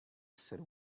esseri